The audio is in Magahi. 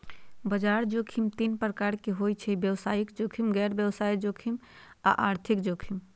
बजार जोखिम तीन प्रकार के होइ छइ व्यवसायिक जोखिम, गैर व्यवसाय जोखिम आऽ आर्थिक जोखिम